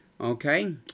Okay